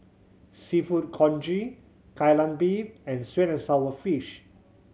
Seafood Congee Kai Lan Beef and sweet and sour fish